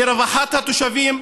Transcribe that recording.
לרווחת התושבים,